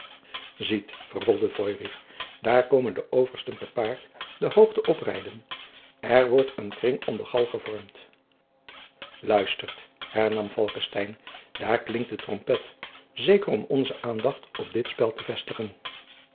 ziet vervolgde feurich daar komen de oversten te paard de hoogte oprijden er wordt een kring om de galg gevormd luistert hernam falckestein daar klinkt de trompet zeker om onzen aandacht op dit spel te vestigen